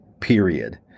period